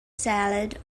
salad